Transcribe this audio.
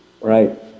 Right